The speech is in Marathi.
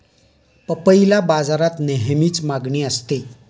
पपईला बाजारात नेहमीच मागणी असते